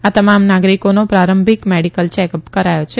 આ તમામ નાગરિકોનો પ્રારંભિક મેડિકલ ચેકઅપ કરાયો છે